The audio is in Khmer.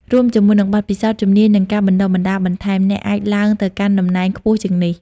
រួមជាមួយនឹងបទពិសោធន៍ ជំនាញ និងការបណ្តុះបណ្តាលបន្ថែម អ្នកអាចឡើងទៅកាន់តំណែងខ្ពស់ជាងនេះ។